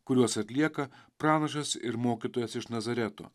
kuriuos atlieka pranašas ir mokytojas iš nazareto